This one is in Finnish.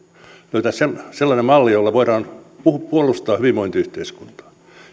löytää sellainen malli jolla voidaan puolustaa hyvinvointiyhteiskuntaa